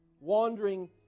Wandering